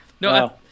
No